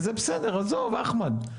וזה בסדר עזוב אחמד,